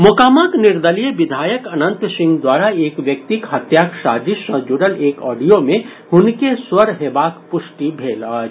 मोकामाक निर्दलीय विधायक अनंत सिंह द्वारा एक व्यक्तिक हत्याक साजिश सॅ जुड़ल एक ऑडियो मे हुनके स्वर हेबाक प्रष्टि भेल अछि